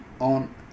on